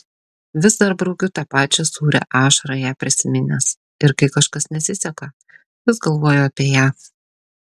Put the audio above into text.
vis dar braukiu tą pačią sūrią ašarą ją prisiminęs ir kai kažkas nesiseka vis galvoju apie ją